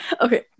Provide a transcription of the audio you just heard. Okay